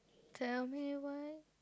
tell me why